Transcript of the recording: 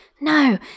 No